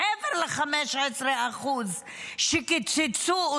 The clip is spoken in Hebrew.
מעבר ל-15% שקיצצו.